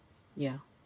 ya